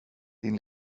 din